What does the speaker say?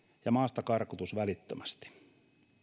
ja maastakarkotuksen välittömästi